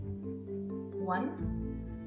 One